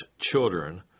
children